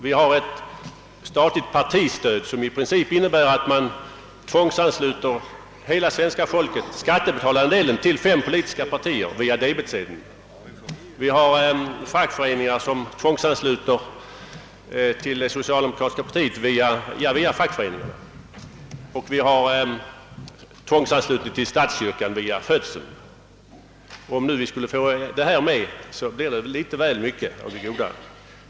Vi har ett statligt partistöd som i princip innebär att man tvångsansluter hela svenska folket till fem politiska partier via debetsedeln. Vi har fackföreningar som tvångsansluter medlemmerna till det socialdemokratiska partiet. Och vi har tvångsanslutning till statskyrkan via födseln. Om vi nu också får en tvångsanslutning till studentkårerna blir det väl mycket av den här sorten.